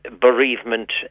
bereavement